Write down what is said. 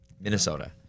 minnesota